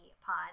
pod